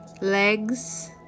legs